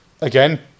again